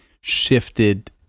shifted